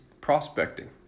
prospecting